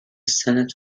senate